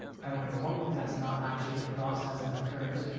i would hope that that's not actually the process that occurs.